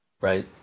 Right